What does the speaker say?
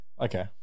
Okay